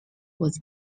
was